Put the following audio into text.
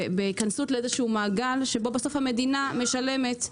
בהיכנסות לאיזשהו מעגל שבו בסוף המדינה משלמת,